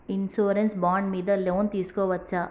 Insurance bond మీద loan తీస్కొవచ్చా?